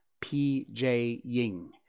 P-J-Ying